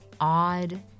odd